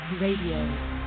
Radio